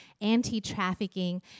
anti-trafficking